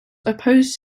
opposed